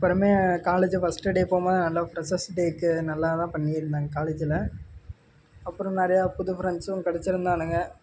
அப்புறமே college first day போகும் போது நல்லா ஃப்ரெஷர்ஸ் டேவுக்கு நல்லா தான் பண்ணியிருந்தாங்க காலேஜில் அப்புறம் நிறையா புது ஃப்ரெண்ட்ஸும் கெடைச்சிருந்தானுங்க